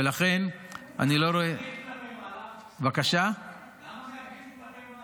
ולכן אני לא רואה --- למה מעגלים כלפי מעלה?